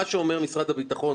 מה שאומר משרד הביטחון,